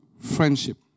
friendship